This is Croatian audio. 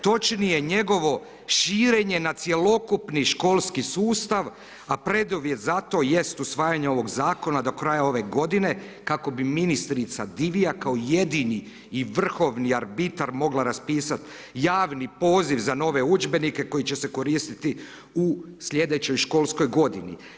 Točnije njegovo širenje na cjelokupni školski sustav a preduvjet za to je jest usvajanje ovog zakona do kraja ove g. kako bi ministrica Divjak, kao jedini i vrhovni arbitar mogla raspisati javni poziv za nove udžbenike koji će se koristiti u sljedećoj školskoj godini.